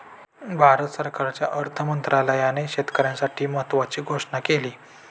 भारत सरकारच्या अर्थ मंत्रालयाने शेतकऱ्यांसाठी महत्त्वाची घोषणा केली